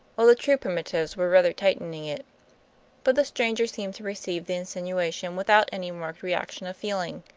while the true primitives were rather tightening it but the stranger seemed to receive the insinuation without any marked reaction of feeling.